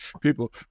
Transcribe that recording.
people